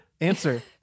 Answer